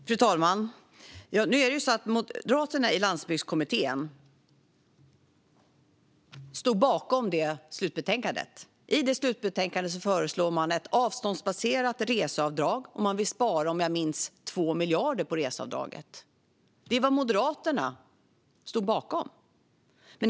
Fru talman! Moderaterna i Landsbygdskommittén stod bakom slutbetänkandet. I det slutbetänkandet föreslår man ett avståndsbaserat reseavdrag. Man vill spara, om jag minns rätt, 2 miljarder på reseavdraget. Det stod Moderaterna bakom.